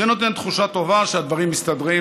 זה נותן תחושה טובה שהדברים מסתדרים,